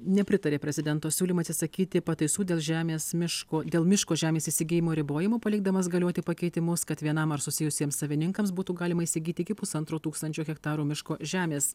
nepritarė prezidento siūlymui atsisakyti pataisų dėl žemės miško dėl miško žemės įsigijimo ribojimo palikdamas galioti pakeitimus kad vienam ar susijusiems savininkams būtų galima įsigyti iki pusantro tūkstančio hektarų miško žemės